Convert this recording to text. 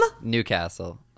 Newcastle